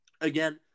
again